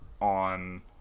on